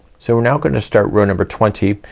so we're now gonna start row number twenty.